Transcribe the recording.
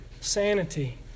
sanity